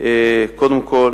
קודם כול